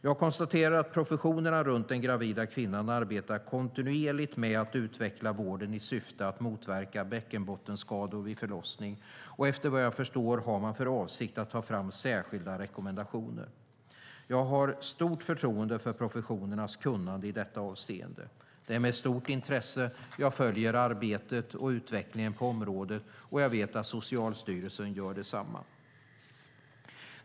Jag konstaterar att professionerna runt den gravida kvinnan arbetar kontinuerligt med att utveckla vården i syfte att motverka bäckenbottenskador vid förlossning, och efter vad jag förstår har man för avsikt att ta fram särskilda rekommendationer. Jag har stort förtroende för professionernas kunnande i detta avseende. Det är med stort intresse jag följer arbetet och utvecklingen på området, och jag vet att Socialstyrelsen gör detsamma.